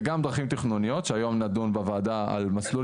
זה גם דרכים תכנוניות שהיום נדון בוועדה על מסלול